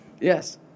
Yes